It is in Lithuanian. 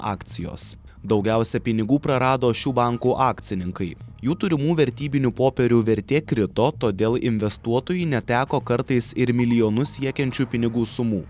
akcijos daugiausia pinigų prarado šių bankų akcininkai jų turimų vertybinių popierių vertė krito todėl investuotojai neteko kartais ir milijonus siekiančių pinigų sumų